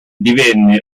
divenne